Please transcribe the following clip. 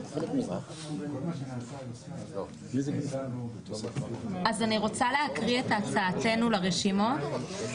אני רוצה להקריא את הצעתנו לרשימות.